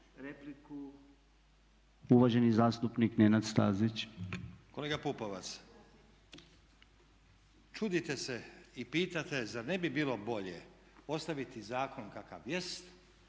Stazić. **Stazić, Nenad (SDP)** Kolega Pupovac čudite se i pitate zar ne bi bilo bolje ostaviti zakon kakav jest